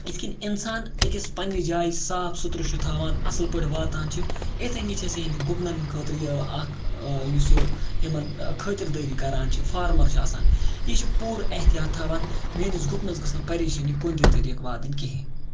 یِتھ کٔنۍ اِنسان أکِس پنٛنہِ جایہِ صاف سُتھرٕ چھُ تھاوان اَصٕل پٲٹھۍ واتان چھِ اِتھَے کٔنۍ چھِ أسۍ یِہِنٛدۍ گُپنَن خٲطرٕ یہِ اَکھ یُس یہِ یِمَن خٲطِردٲری کَران چھِ فارمَر چھِ آسان یہِ چھِ پوٗرٕ احتیاط تھاوان میٛٲنِس گُپنَس گٔژھ نہٕ پریشٲنی کُنہِ تہِ طریٖقہٕ واتٕنۍ کِہیٖنۍ